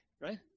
right